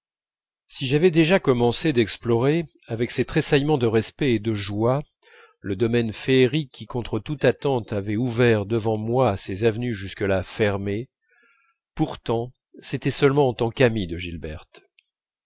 si j'avais déjà commencé d'explorer avec ces tressaillements de respect et de joie le domaine féerique qui contre toute attente avait ouvert devant moi ses avenues jusque-là fermées pourtant c'était seulement en tant qu'ami de gilberte